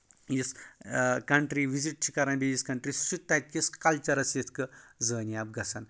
یُس country visit چھ کَران بیٚیِس کَنٹری سُہ تَتہِ کس کَلچَرس سۭتۍ تہِ زٲنیاب گژھان